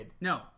No